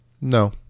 No